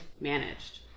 managed